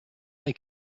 they